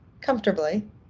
comfortably